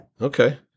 Okay